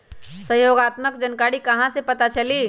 सहयोगात्मक जानकारी कहा से पता चली?